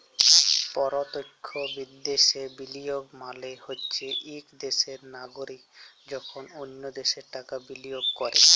পরতখ্য বিদ্যাশে বিলিয়গ মালে হছে ইক দ্যাশের লাগরিক যখল অল্য দ্যাশে টাকা বিলিয়গ ক্যরে